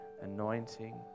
anointing